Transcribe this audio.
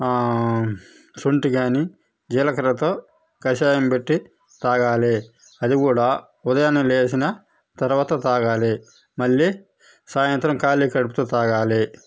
సొంటి గాని జీలకర్రతో కషాయం పెట్టి తాగాలి అదికూడా ఉదయాన్నే లేచిన తరువాత తాగాలి మళ్ళీ సాయంత్రం ఖాళీ కడుపుతో తాగాలి